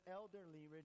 elderly